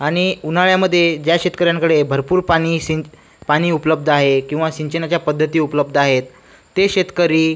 आणि उन्हाळ्यामध्ये ज्या शेतकऱ्यांकडे भरपूर पाणी सिं पाणी उपलब्ध आहे किंवा सिंचनाच्या पद्धती उपलब्ध आहेत ते शेतकरी